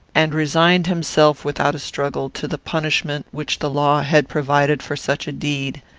and resigned himself, without a struggle, to the punishment which the law had provided for such a deed.